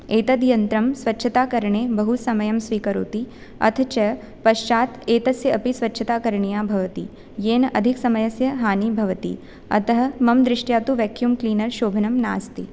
एतद् यन्त्रं स्वच्छताकरणे बहुसमयं स्वीकरोति अथ च पश्चात् एतस्य अपि स्वच्छता करणीया भवति येन अधिकसमयस्य हानि भवति अतः मम दृष्ट्या तु वेक्यूम् क्लीनर् शोभनं नास्ति